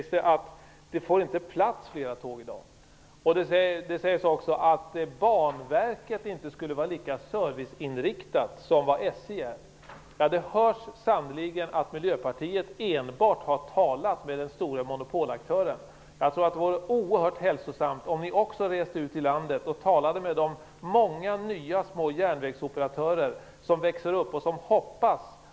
SJ kör mellan A och B, ett annat företag kör mellan B och C, och SJ fortsätter från C och vidare. Det fungerar, när samarbetet är relativt gott. Men om driften blir olönsam på en sträcka kan SJ lägga ner den trafiken, och därmed slås den mindre operatören ut. Det talas mycket om monopol, och det visar den ideologiska ståndpunkten. Jag vill däremot förespråka ansvarskännandet, i ekologiskt hänseende. Landstingen är också monopol.